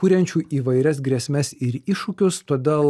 kuriančių įvairias grėsmes ir iššūkius todėl